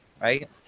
Right